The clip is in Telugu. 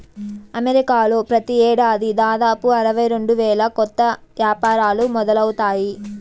అమెరికాలో ప్రతి ఏడాది దాదాపు అరవై రెండు వేల కొత్త యాపారాలు మొదలవుతాయి